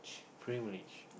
privileged